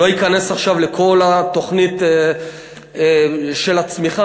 לא אכנס עכשיו לכל התוכנית של הצמיחה,